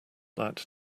that